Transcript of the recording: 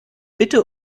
bitte